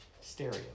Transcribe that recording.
stereo